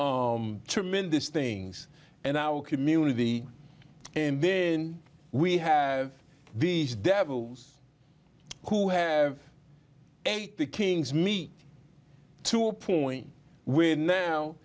um tremendous things in our community and then we have these devils who have ate the king's me to a point when now